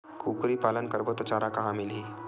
कुकरी पालन करबो त चारा कहां मिलही?